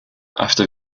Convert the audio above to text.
after